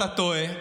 אתה טועה.